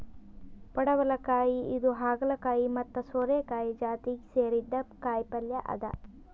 ಪಡವಲಕಾಯಿ ಇದು ಹಾಗಲಕಾಯಿ ಮತ್ತ್ ಸೋರೆಕಾಯಿ ಜಾತಿಗ್ ಸೇರಿದ್ದ್ ಕಾಯಿಪಲ್ಯ ಅದಾ